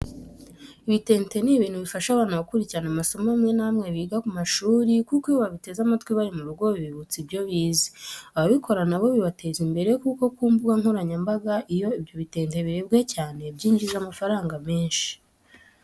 Ibitente ni ibintu bifasha abana gukurikirana amasomo amwe n'amwe, biga ku mashuri kuko iyo babiteze amatwi bari mu rugo bibibutsa ibyo bize. Ababikora na bo bibateza imbere kuko ku mbuga nkoranyambaga iyo ibyo bitente birebwe cyane byinjiza amafaranga menshi.